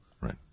Right